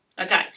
Okay